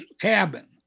cabin